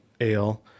ale